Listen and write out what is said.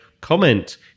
comment